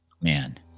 man